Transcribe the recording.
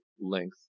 length